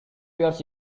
years